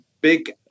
big